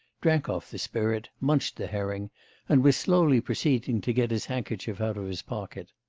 drank off the spirit, munched the herring and was slowly proceeding to get his handkerchief out of his pocket.